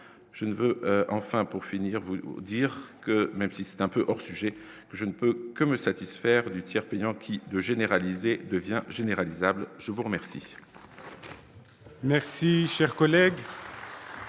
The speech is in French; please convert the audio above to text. je ne veux enfin pour finir, vous dire que même si c'est un peu hors sujet, je ne peux que me satisfaire du tiers payant qui de généraliser devient généralisable, je vous remercie.